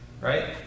right